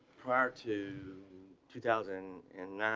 prior to two thousand and